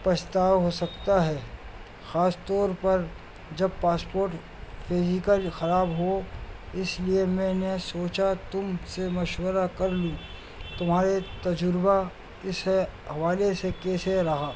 پچھتاوا ہو سکتا ہے خاص طور پر جب پاسپورٹ فیزیکل خراب ہو اس لیے میں نے سوچا تم سے مشورہ کر لوں تمہارے تجربہ اس حوالے سے کیسے رہا